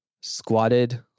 squatted